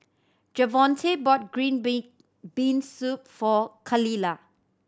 Javonte bought green bean bean soup for Khalilah